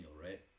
right